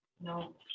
no